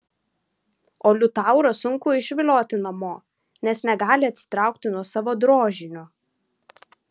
o liutaurą sunku išvilioti namo nes negali atsitraukti nuo savo drožinio